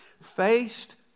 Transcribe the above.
Faced